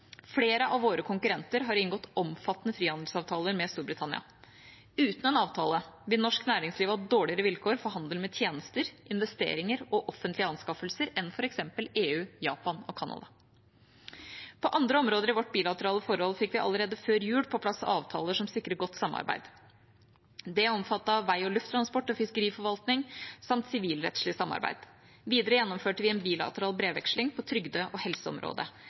Flere av våre konkurrenter har inngått omfattende frihandelsavtaler med Storbritannia. Uten en avtale vil norsk næringsliv ha dårligere vilkår for handel med tjenester, investeringer og offentlige anskaffelser enn f.eks. EU, Japan og Canada. På andre områder i vårt bilaterale forhold fikk vi allerede før jul på plass avtaler som sikrer godt samarbeid. Dette omfattet vei- og lufttransport og fiskeriforvaltning samt sivilrettslig samarbeid. Videre gjennomførte vi en bilateral brevveksling på trygde- og helseområdet.